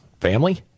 family